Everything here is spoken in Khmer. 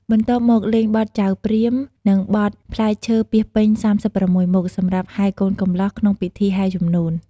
បន្ទាប់មក លេងបទចៅព្រាហ្មណ៍ និងបទផ្លែឈើពាសពេញ៣៦មុខ សម្រាប់ហែរកូនកំលោះក្នុងពិធីហែរជំនូន។